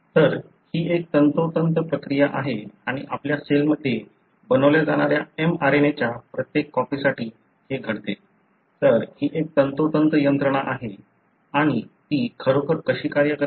तर ही एक तंतोतंत प्रक्रिया आहे आणि आपल्या सेलमध्ये बनवल्या जाणाऱ्या mRNA च्या प्रत्येक कॉपीसाठी हे घडते तर ही एक तंतोतंत यंत्रणा आहे आणि ती खरोखर कशी कार्य करते